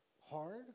hard